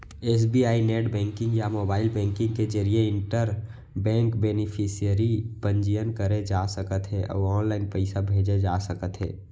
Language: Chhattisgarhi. एस.बी.आई नेट बेंकिंग या मोबाइल बेंकिंग के जरिए इंटर बेंक बेनिफिसियरी पंजीयन करे जा सकत हे अउ ऑनलाइन पइसा भेजे जा सकत हे